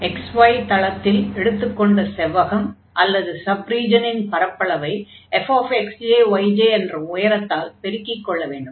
xy தளத்தில் எடுத்துக்கொண்ட செவ்வகம் அல்லது சப் ரீஜனின் பரப்பளவை fxj yj என்ற உயரத்தால் பெருக்கிக் கொள்ள வேண்டும்